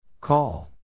Call